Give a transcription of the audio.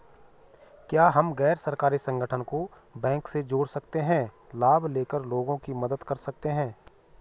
क्या हम गैर सरकारी संगठन को बैंक से जोड़ कर बैंक से लाभ ले कर लोगों की मदद कर सकते हैं?